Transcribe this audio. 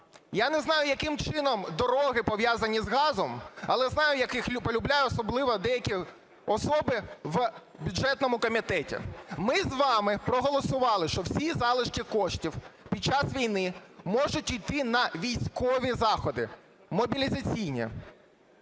Я не знаю, яким чином дороги пов'язані з газом, але знаю, як їх полюбляють особливо деякі особи в бюджетному комітеті. Ми з вами проголосували, що всі залишки коштів під час війни можуть йти на військові заходи, мобілізаційні,